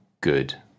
good